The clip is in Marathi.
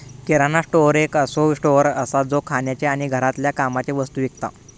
किराणा स्टोअर एक असो स्टोअर असा जो खाण्याचे आणि घरातल्या कामाचे वस्तु विकता